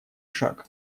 шаг